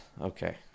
Okay